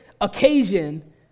occasion